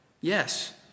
Yes